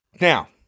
Now